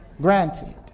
granted